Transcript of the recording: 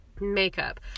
Makeup